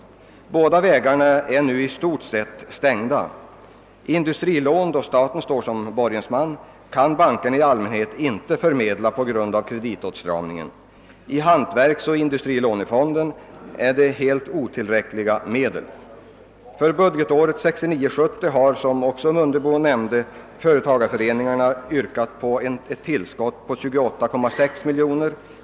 Båda vägarna är nu i stort sett stängda. Industrigarantilån, då staten står såsom borgens man, kan bankerna i allmänhet nu inte förmedla på grund av kreditåtstramningen, och hantverksoch industrilånefonden har helt otillräckliga medel. För budgetåret 1969/70 har, såsom herr Mundebo också nämnde, landets företagareföreningar begärt ett tilläggsanslag på 28,6 miljoner kronor.